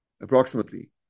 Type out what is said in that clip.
Approximately